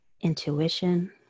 intuition